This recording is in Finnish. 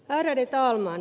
ärade talman